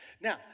Now